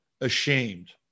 ashamed